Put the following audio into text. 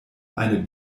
eine